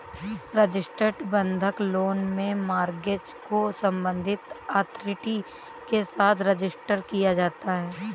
registered बंधक loan में mortgage को संबंधित अथॉरिटी के साथ रजिस्टर किया जाता है